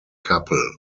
couple